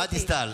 השרה דיסטל,